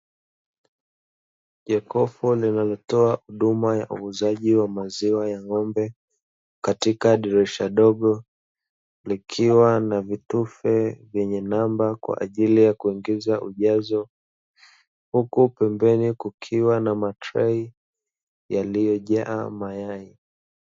Jokofu linalotoa huduma ya uuzaji wa maziwa ya ng'ombe katika dirisha dogo, likiwa na vitufe vyenye namba kwa ajili ya kuongeza ujazo, huku pembeni kukiwa na matrei yaliyojaa mayai.